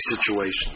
situations